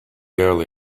early